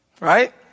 Right